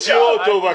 תוציאו אותו בבקשה.